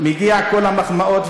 מגיעות כל המחמאות,